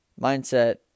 mindset